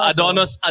Adonis